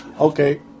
okay